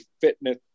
fitness